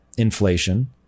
inflation